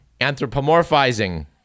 anthropomorphizing